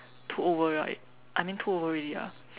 too over right I mean to over already ah